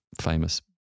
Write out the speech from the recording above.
famous